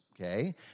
okay